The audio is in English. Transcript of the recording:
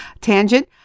tangent